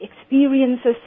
experiences